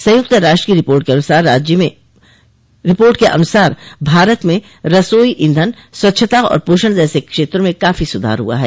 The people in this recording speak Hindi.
संयुक्त राष्ट्र की रिपोर्ट के अनुसार भारत में रसोई ईंधन स्वच्छता और पोषण जैसे क्षेत्रों में काफी सुधार हुआ है